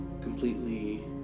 completely